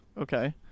okay